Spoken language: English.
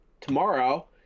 tomorrow